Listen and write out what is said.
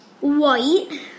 white